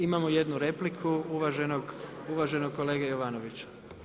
Imamo jednu repliku uvaženog kolege Jovanovića.